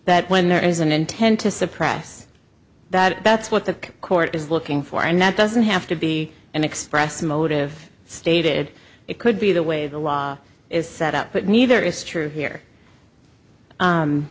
that when there is an intent to suppress that that's what the court is looking for and that doesn't have to be an express motive stated it could be the way the law is set up but neither is true here